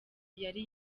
yari